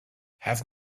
have